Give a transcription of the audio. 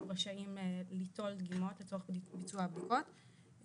רשאים ליטול דגימות לצורך ביצוע הבדיקות,